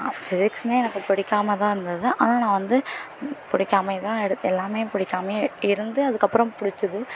பிசிக்ஸுமே எனக்கு பிடிக்காம தான் இருந்தது ஆனால் நான் வந்து பிடிக்காமையே தான் எடுத்தேன் எல்லாமே பிடிக்காமையே இருந்து அதுக்கப்புறம் பிடிச்சிது